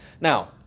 Now